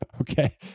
okay